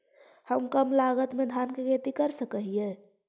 हम कम लागत में धान के खेती कर सकहिय?